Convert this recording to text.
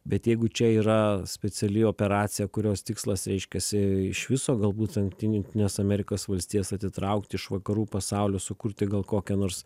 bet jeigu čia yra speciali operacija kurios tikslas reiškiasi iš viso galbūt ant jungtinės amerikos valstijas atitraukti iš vakarų pasaulio sukurti gal kokią nors